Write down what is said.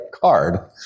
card